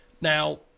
Now